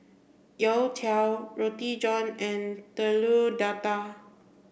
Youtiao Roti John and Telur Dadah